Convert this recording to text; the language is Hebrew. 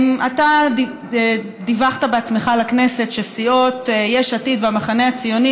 אתה דיווחת בעצמך לכנסת שסיעות יש עתיד והמחנה הציוני,